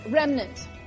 Remnant